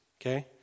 okay